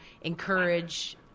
encourage